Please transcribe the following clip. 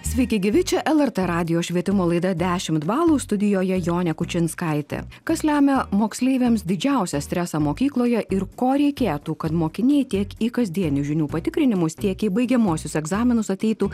sveiki gyvi čia lrt radijo švietimo laida dešimt balų studijoje jonė kučinskaitė kas lemia moksleiviams didžiausią stresą mokykloje ir ko reikėtų kad mokiniai tiek į kasdienių žinių patikrinimus tiek į baigiamuosius egzaminus ateitų